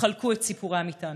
חלקו את סיפורם איתנו.